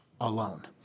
alone